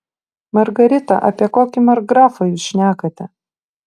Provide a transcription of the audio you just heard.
margarita apie kokį markgrafą jūs šnekate